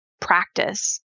practice